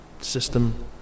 system